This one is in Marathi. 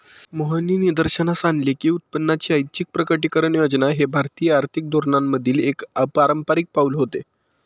मोहननी निदर्शनास आणले की उत्पन्नाची ऐच्छिक प्रकटीकरण योजना हे भारतीय आर्थिक धोरणांमधील एक अपारंपारिक पाऊल होते